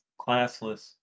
classless